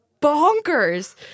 bonkers